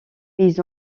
ils